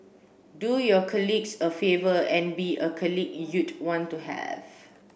do your colleagues a favour and be a colleague you'd want to have